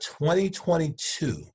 2022